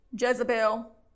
Jezebel